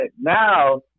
now